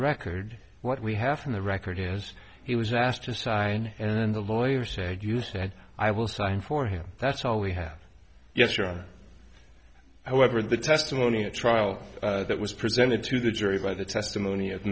record what we have from the record he has he was asked to sign and the lawyer said you said i will sign for him that's all we have yes your however the testimony at trial that was presented to the jury by the testimony